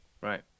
Right